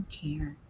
care